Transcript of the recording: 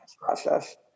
process